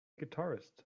guitarist